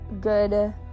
good